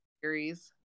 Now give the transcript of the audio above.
series